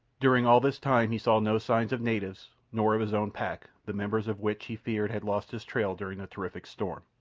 during all this time he saw no signs of natives, nor of his own pack, the members of which he feared had lost his trail during the terrific storm.